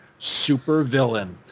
supervillain